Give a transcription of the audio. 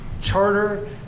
charter